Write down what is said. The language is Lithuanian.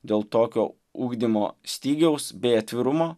dėl tokio ugdymo stygiaus bei atvirumo